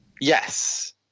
Yes